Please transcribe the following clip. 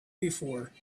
before